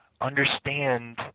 understand